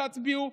תצביעו.